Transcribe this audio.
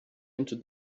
into